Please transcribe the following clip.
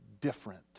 different